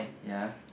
ya